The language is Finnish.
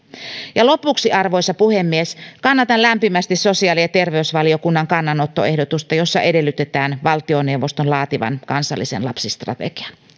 lopuksi arvoisa puhemies kannatan lämpimästi sosiaali ja terveysvaliokunnan kannanottoehdotusta jossa edellytetään valtioneuvoston laativan kansallisen lapsistrategian